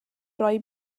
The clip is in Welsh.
roi